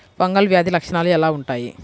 Fungal వ్యాధి లక్షనాలు ఎలా వుంటాయి?